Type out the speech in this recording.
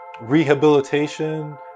rehabilitation